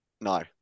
no